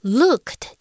looked